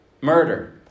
murder